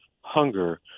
hunger